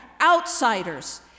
outsiders